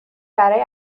برای